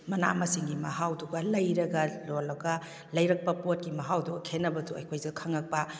ꯃꯅꯥꯃꯁꯤꯡꯒꯤ ꯃꯍꯥꯎꯗꯨꯒ ꯂꯩꯔꯒ ꯌꯣꯜꯂꯒ ꯂꯩꯔꯛꯄ ꯄꯣꯠꯀꯤ ꯃꯍꯥꯎꯗꯨꯒ ꯈꯦꯅꯕꯗꯣ ꯑꯩꯈꯣꯏꯁꯨ ꯈꯪꯉꯛꯄ